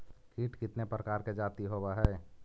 कीट कीतने प्रकार के जाती होबहय?